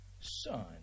Son